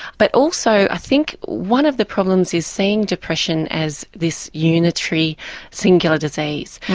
but also i think one of the problems is seeing depression as this unitary singular disease.